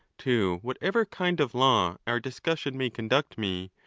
to what ever kind of law our discussion may conduct me,